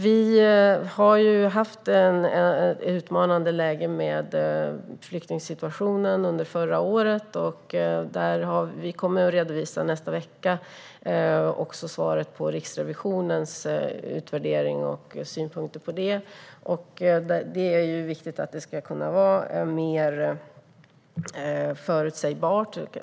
Vi har haft ett utmanande läge med tanke på flyktingsituationen under förra året. Vi kommer nästa vecka att redovisa svaret på Riksrevisionens utvärdering och synpunkter. Det är viktigt att det ska kunna vara mer förutsägbart.